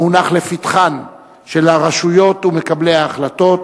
המונח לפתחם של הרשויות ומקבלי ההחלטות,